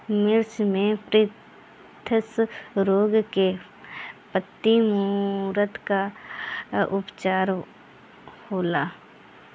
मिर्च मे थ्रिप्स रोग से पत्ती मूरत बा का उपचार होला?